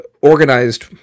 organized